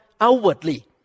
Outwardly